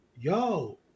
Yo